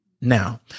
Now